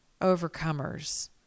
Overcomers